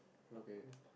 okay